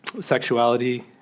sexuality